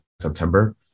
September